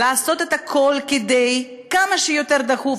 לעשות הכול כמה שיותר דחוף,